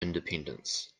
independence